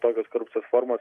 tokios visos formos